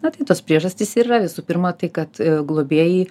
na tai tos priežastys ir yra visų pirma tai kad globėjai